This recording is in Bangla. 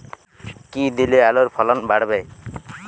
কী দিলে আলুর ফলন বাড়বে?